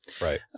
Right